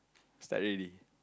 study already